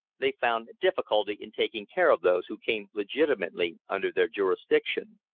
they found difficulty in taking care of those who came legitimately under their jurisdiction.